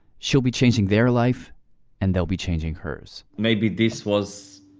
she'll be changing their life and they will be changing hers maybe this was